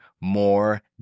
more